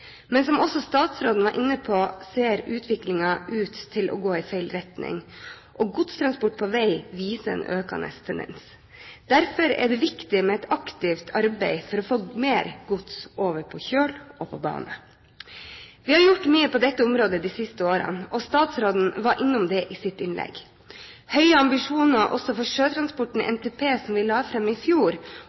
Men som også statsråden var inne på, ser utviklingen ut til å gå i feil retning. Godstransport på vei viser en økende tendens. Derfor er det viktig med et aktivt arbeid for å få mer gods over på kjøl og bane. Vi har gjort mye på dette området de siste årene, og statsråden var innom det i sitt innlegg. Høye ambisjoner også for sjøtransporten i Nasjonal transportplan fra i fjor